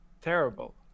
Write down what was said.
terrible